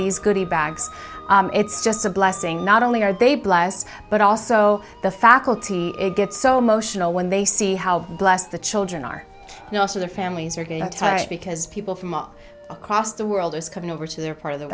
these goody bags it's just a blessing not only are they blessed but also the faculty gets so motional when they see how blessed the children are also their families are going to touch because people from all across the world is coming over to their part of the